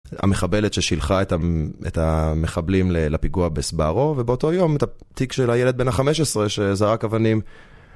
המחבלת ששילחה את המחבלים, לפיגוע בסברו ובאותו יום את התיק של הילד בן ה-15 שזרק אבנים.